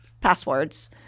passwords